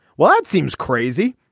well that seems crazy.